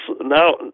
Now